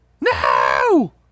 no